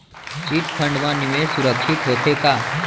Chit fund मा निवेश सुरक्षित होथे का?